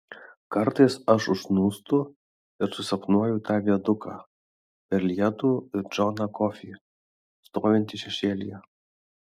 kartais aš užsnūstu ir susapnuoju tą viaduką per lietų ir džoną kofį stovintį šešėlyje